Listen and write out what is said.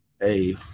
hey